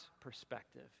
perspective